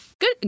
Good